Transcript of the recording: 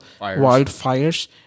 wildfires